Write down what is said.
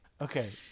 okay